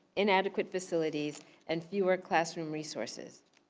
inadequate facilities and fewer classroom resources.